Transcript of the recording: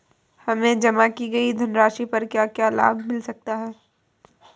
हमें जमा की गई धनराशि पर क्या क्या लाभ मिल सकता है?